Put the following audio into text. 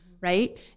right